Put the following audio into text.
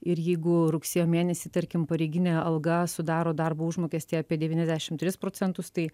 ir jeigu rugsėjo mėnesį tarkim pareiginė alga sudaro darbo užmokestį apie devyniasdešim tris procentus tai